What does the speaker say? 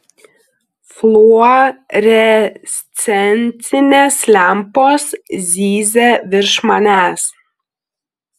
fluorescencinės lempos zyzia virš manęs